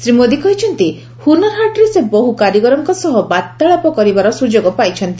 ଶ୍ରୀ ମୋଦି କହିଛନ୍ତି ହୁନରହାଟ୍ରେ ସେ ବହୁ କାରିଗରଙ୍କ ସହିତ ବାର୍ତ୍ତାଳାପ କରିବାର ସୁଯୋଗ ପାଇଛନ୍ତି